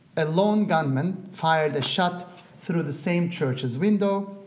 a lone gunman fired a shot through the same church's window,